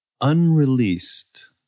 unreleased